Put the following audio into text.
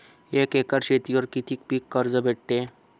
एक एकर शेतीवर किती पीक कर्ज भेटते?